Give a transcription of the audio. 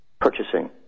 purchasing